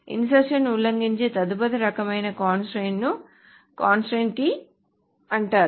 insertion ఉల్లంఘించే తదుపరి రకమైన కన్స్ట్రయిన్స్ ని కీ కన్స్ట్రయిన్స్ అంటారు